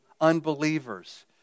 unbelievers